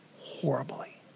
horribly